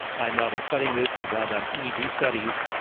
i've now been studying this. we've now done eeg studies.